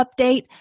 update